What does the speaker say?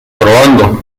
probando